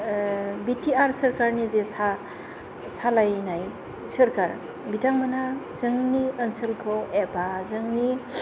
बि T R सोरखारनि जे सालायनाय सोरखार बिथां मोना जोंनि ओनसोलखौ एबा जोंनि